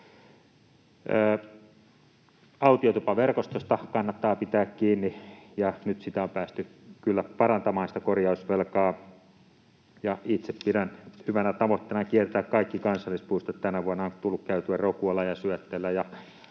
Autiotupaverkostosta kannattaa pitää kiinni, ja nyt sitä korjausvelkaa on päästy kyllä parantamaan. Itse pidän hyvänä tavoitteena kiertää kaikki kansallispuistot. Tänä vuonna on tullut käytyä Rokualla ja Syötteellä,